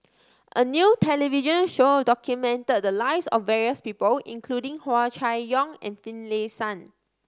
a new television show documented the lives of various people including Hua Chai Yong and Finlayson